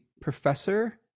professor